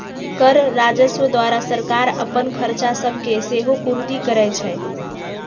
कर राजस्व द्वारा सरकार अप्पन खरचा सभके सेहो पूरति करै छै